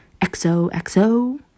XOXO